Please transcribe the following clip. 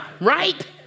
right